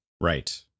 Right